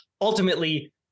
ultimately